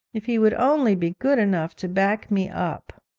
if he would only be good enough to back me up!